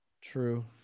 True